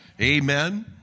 Amen